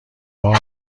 بار